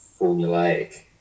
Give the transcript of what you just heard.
formulaic